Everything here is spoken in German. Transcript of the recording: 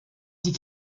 die